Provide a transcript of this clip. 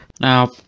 Now